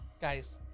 Guys